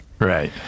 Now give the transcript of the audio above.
Right